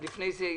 לפני זה,